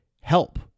help